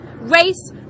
race